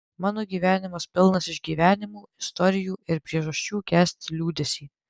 mano gyvenimas pilnas išgyvenimų istorijų ir priežasčių kęsti liūdesį